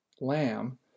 lamb